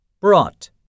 brought